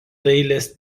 dailės